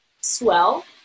swell